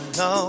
no